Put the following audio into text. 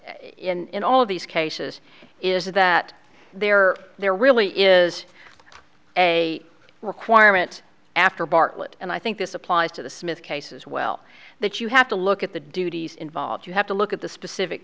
or in all of these cases is that there are there really is a requirement after bartlett and i think this applies to the smith case as well that you have to look at the duties involved you have to look at the specific